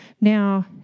Now